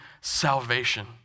salvation